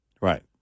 right